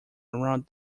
around